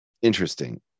Interesting